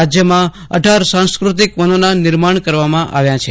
રાજયમાં અઢાર સાંસ્ક્રતિક વનોના નિર્માણ કરવામાં આવ્યા છે